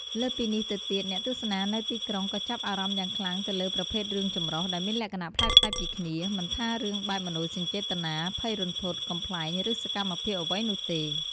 លើសពីនេះទៅទៀត អ្នកទស្សនានៅទីក្រុងក៏ចាប់អារម្មណ៍យ៉ាងខ្លាំងទៅលើ ប្រភេទរឿងចម្រុះ ដែលមានលក្ខណៈប្លែកៗពីគ្នា មិនថាជារឿងបែបមនោសញ្ចេតនា ភ័យរន្ធត់ កំប្លែង ឬសកម្មភាពអ្វីនោះទេ។